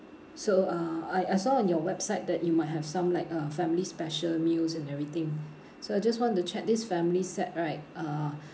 so uh I I saw on your website that you might have some like uh family special meals and everything so I just want to check this family set right uh